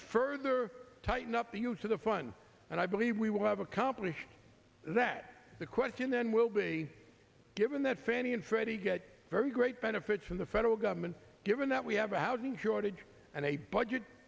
further tighten up huge for the fun and i believe we will have accomplished that the question then will be given that fannie and freddie get very great benefits from the federal government given that we have a housing shortage and a budget